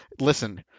Listen